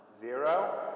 Zero